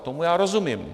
Tomu já rozumím.